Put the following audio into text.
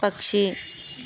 పక్షి